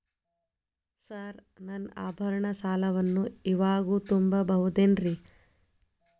Sir ನನ್ನ ಆಭರಣ ಸಾಲವನ್ನು ಇವಾಗು ತುಂಬ ಬಹುದೇನ್ರಿ?